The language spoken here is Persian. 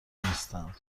نیستن